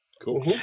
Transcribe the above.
Cool